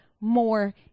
more